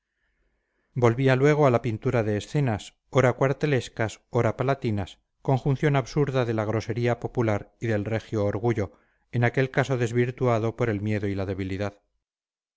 volvía luego a la pintura de escenas ora cuartelescas ora palatinas conjunción absurda de la grosería popular y del regio orgullo en aquel caso desvirtuado por el miedo y la debilidad